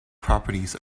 properties